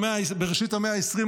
בראשית המאה ה-20,